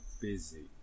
busy